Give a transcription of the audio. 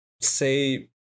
say